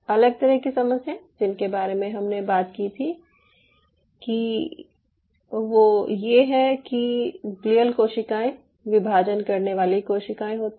अलग तरह की समस्याएं जिनके बारे में हमने बात की थी वो ये है कि ग्लियल कोशिकायें विभाजन करने वाली कोशिकाएं होती हैं